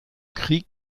krieg